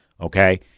okay